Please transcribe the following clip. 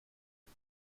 and